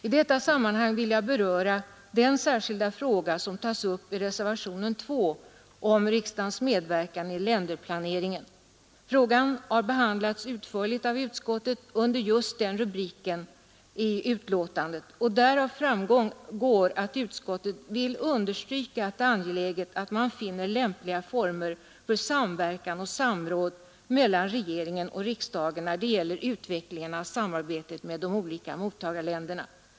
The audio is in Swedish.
I detta sammanhang vill jag beröra den särskilda fråga som tas upp i reservationen 2 om riksdagens medverkan i länderplaneringen. Frågan har behandlats utförligt av utskottet under just den rubriken i betänkandet, och det framgår att utskottet vill understryka att det är angeläget att man finner lämpliga former för samverkan och samråd mellan regeringen och riksdagen när det gäller utvecklingen av samarbetet med de olika mottagarländerna.